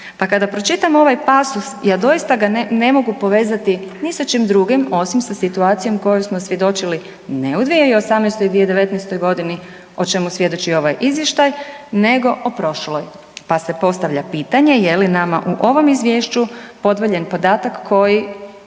Pa kada pročitamo ovaj pasos ja doista ga ne mogu povezati ni sa čim drugim osim sa situacijom kojoj smo svjedočili ne u 2018. i 2019. godini o čemu svjedoči i ovaj izvještaj, nego o prošloj. Pa se postavlja pitanje je li nama u ovom Izvješću podvaljen podatak koji